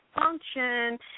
function